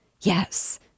Yes